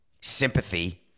sympathy